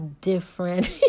different